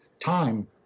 time